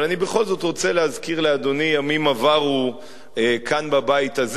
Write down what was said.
אבל אני בכל זאת רוצה להזכיר לאדוני ימים עברו כאן בבית הזה.